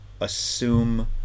assume